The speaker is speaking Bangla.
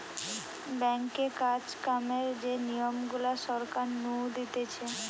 ব্যাঙ্কে কাজ কামের যে নিয়ম গুলা সরকার নু দিতেছে